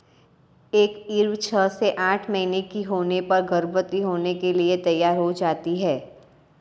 एक ईव छह से आठ महीने की होने पर गर्भवती होने के लिए तैयार हो जाती है